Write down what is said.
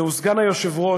זהו סגן היושב-ראש